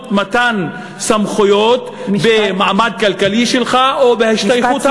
מתן סמכויות במעמד הכלכלי שלך ובהשתייכות האתנית שלך,